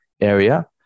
area